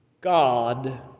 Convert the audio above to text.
God